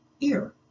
ear